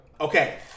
Okay